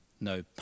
No